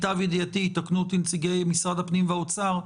ויתקנו אותי נציגי משרד הפנים והאוצר,